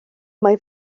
mai